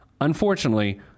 Unfortunately